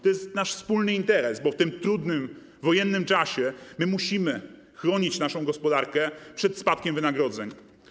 To jest nasz wspólny interes, bo w tym trudnym wojennym czasie musimy chronić naszą gospodarkę przed spadkiem wynagrodzeń.